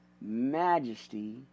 majesty